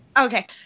Okay